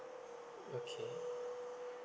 okay